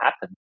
happen